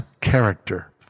character